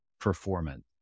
performance